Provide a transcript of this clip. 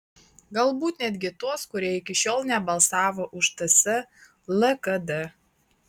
galbūt netgi tuos kurie iki šiol nebalsavo už ts lkd